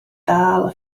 ddal